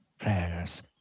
prayers